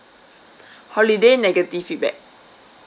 holiday negative feedback